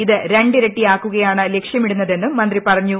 ഇത് രണ്ടിരട്ടി ആക്കുകയാണ് ലക്ഷ്യമിടുന്നതെന്നും മന്ത്രി പറഞ്ഞു